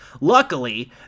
Luckily